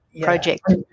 project